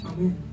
Amen